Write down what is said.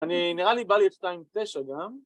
אני נראה לי בא לי את 2.9 גם